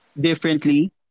differently